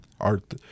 art